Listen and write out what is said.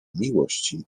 miłości